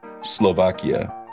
Slovakia